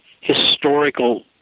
historical